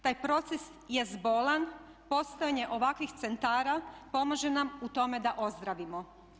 Taj proces jest bolan, postojanje ovakvih centara pomaže nam u tome da ozdravimo.